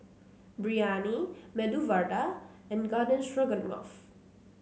Biryani Medu Vada and Garden Stroganoff